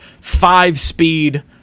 five-speed